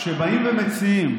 כשבאים ומציעים: